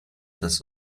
dass